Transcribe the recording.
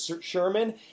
Sherman